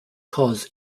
cause